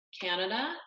Canada